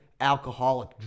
Alcoholic